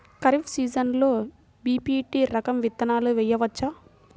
ఖరీఫ్ సీజన్లో బి.పీ.టీ రకం విత్తనాలు వేయవచ్చా?